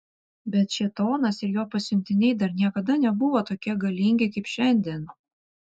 bet šėtonas ir jo pasiuntiniai dar niekada nebuvo tokie galingi kaip šiandien